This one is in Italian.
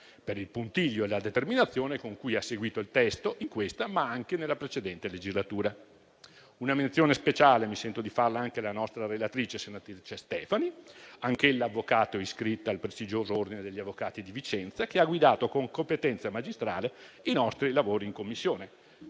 per il puntiglio e la determinazione con cui ha seguito il testo, in questa, ma anche nella precedente legislatura. Una menzione speciale mi sento di farla anche alla relatrice, la senatrice Stefani, anch'ella avvocato, iscritta al prestigioso ordine di Vicenza, che ha guidato con competenza magistrale i nostri lavori in Commissione.